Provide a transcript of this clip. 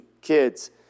kids